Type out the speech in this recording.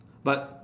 but